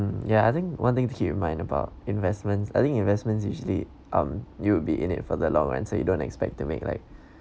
mm ya I think one thing to keep in mind about investments I think investments usually um you'll be in it for the long run so you don't expect to make like